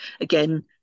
Again